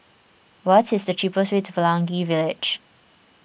what is the cheapest way to Pelangi Village